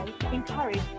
encourage